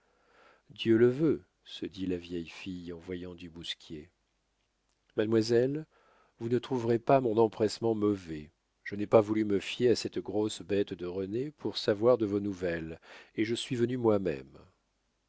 dieu le veut se dit la vieille fille en voyant du bousquier mademoiselle vous ne trouverez pas mon empressement mauvais je n'ai pas voulu me fier à cette grosse bête de rené pour savoir de vos nouvelles et je suis venu moi-même